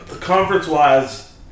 Conference-wise